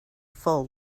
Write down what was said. full